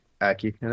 Aki